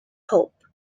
hope